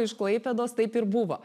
iš klaipėdos taip ir buvo